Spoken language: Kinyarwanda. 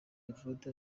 evode